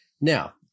Now